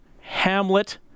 hamlet